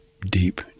deep